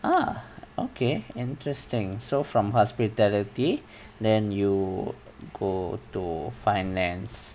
ah okay interesting so from hospitality then you go to finance